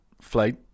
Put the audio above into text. flight